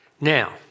Now